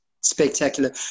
spectacular